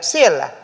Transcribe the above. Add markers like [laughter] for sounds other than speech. siellä [unintelligible]